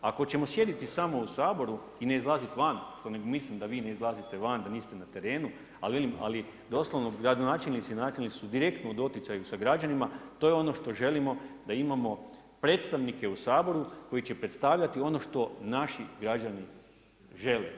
Ako ćemo sjediti samo u Saboru i ne izlaziti van, što ne mislim da vi ne izlazite van, da niste na terenu, ali velim, doslovno gradonačelnici i načelnici su direktno u doticaju sa građanima, to je ono što želimo da imamo predstavnike u Saboru koji će predstavljati ono što naši građani žele.